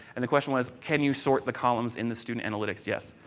and the question was, can you sort the columns in the student analytics? yes.